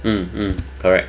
mmhmm correct